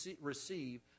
receive